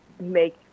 make